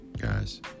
guys